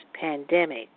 pandemic